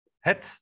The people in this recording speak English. Het